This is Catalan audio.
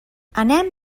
anem